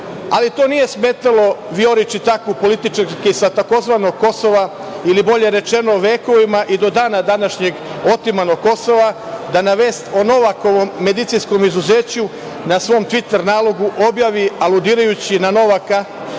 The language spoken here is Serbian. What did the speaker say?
Ali to nije smetalo Vijori Čitaku, takvoj političarki sa tzv. Kosova ili bolje rečeno vekovima i do dana današnjeg otimanog Kosova, da na vest o Novakovom medicinskom izuzeću, na svom tviter nalogu objavi aludirajući na Novaka,